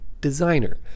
designer